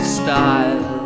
style